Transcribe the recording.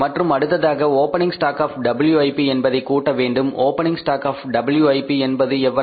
மற்றும் அடுத்ததாக opening stock of WIP என்பதை கூட்ட வேண்டும் ஓபனிங் ஸ்டாக் ஆப் WIP என்பது எவ்வளவு